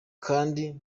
kandi